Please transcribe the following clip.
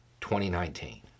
2019